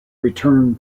return